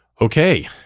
Okay